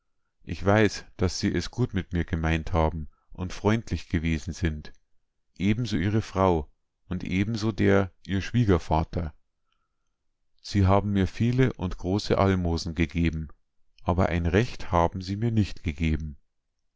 ich weiß daß sie es gut mit mir gemeint haben und freundlich gewesen sind ebenso ihre frau und ebenso der ihr schwiegervater sie haben mir viele und große almosen gegeben aber ein recht haben sie mir nicht gegeben